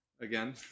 again